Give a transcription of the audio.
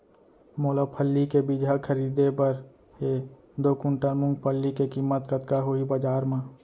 मोला फल्ली के बीजहा खरीदे बर हे दो कुंटल मूंगफली के किम्मत कतका होही बजार म?